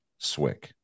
Swick